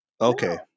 Okay